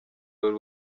wari